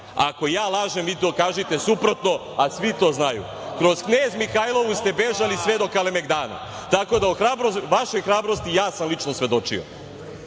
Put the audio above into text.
Ako ja lažem, vi dokažite suprotno, a svi to znaju. Kroz Knez Mihajlovu ste bežali sve do Kalemegdana. Tako da, o vašoj hrabrosti ja sam lično svedočio. Što